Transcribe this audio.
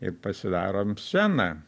ir pasidarėm sceną